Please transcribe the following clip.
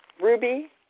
Ruby